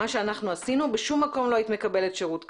מה שאנחנו עשינו בשום מקום לא היית מקבלת שירות כזה."